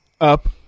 up